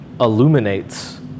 illuminates